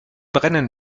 brennen